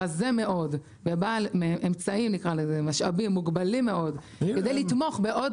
רזה מאוד ובעל משאבים מוגבלים מאוד --- הם יתנו לך